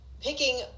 picking